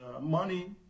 money